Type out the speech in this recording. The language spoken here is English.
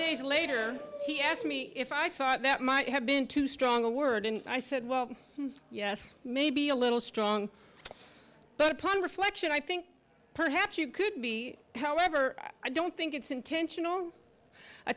days later he asked me if i thought that might have been too strong a word and i said well yes maybe a little strong but upon reflection i think perhaps you could be however i don't think it's intentional i